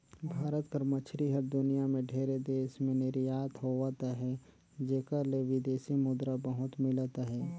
भारत कर मछरी हर दुनियां में ढेरे देस में निरयात होवत अहे जेकर ले बिदेसी मुद्रा बहुत मिलत अहे